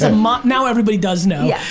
um um now everybody does know.